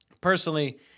Personally